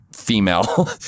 female